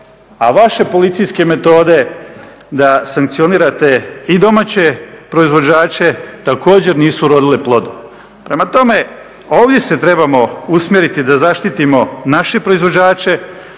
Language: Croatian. vaše policijske metode da sankcionirate i domaće proizvođače također nisu urodile plodom. Prema tome, ovdje se trebamo usmjeriti da zaštitimo naše proizvođače,